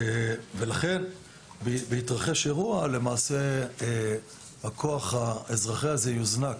בהתרחש אירוע הכוח האזרחי הזה יוזנק